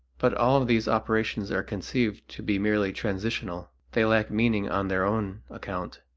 but all of these operations are conceived to be merely transitional they lack meaning on their own account.